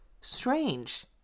strange